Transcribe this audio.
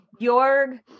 Jorg